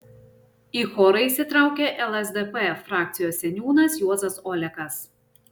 į chorą įsitraukė lsdp frakcijos seniūnas juozas olekas